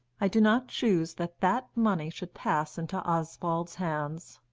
i do not choose that that money should pass into oswald's hands.